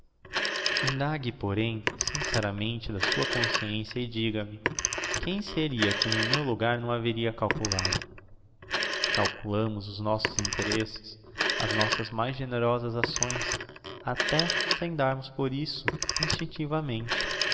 porém sinceramente da sua consciencia e diga-me quem seria que no meu logar não haveria calculado calculamos os nossos interesses as nossas mais generosas acções até sem darmos por isso instinctivamente